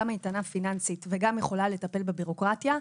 גם איתנה פיננסית וגם יכולה לטפל בבירוקרטיה,